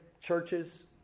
churches